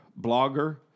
blogger